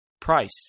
Price